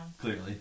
clearly